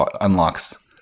unlocks